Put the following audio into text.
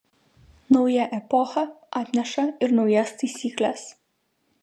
nauja epocha atneša ir naujas taisykles